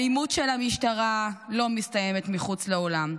האלימות של המשטרה לא מסתיימת מחוץ לאולם.